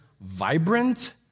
vibrant